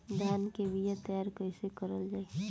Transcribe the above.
धान के बीया तैयार कैसे करल जाई?